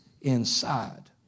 inside